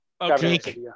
Okay